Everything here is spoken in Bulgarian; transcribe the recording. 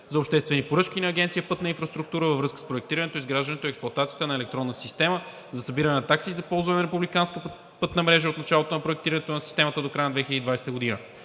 за обществени поръчки на Агенция „Пътна инфраструктура“ във връзка с проектирането, изграждането и експлоатацията на електронна система за събиране на такси за ползване на републиканска пътна мрежа от началото на проектирането на системата до края на 2020 г.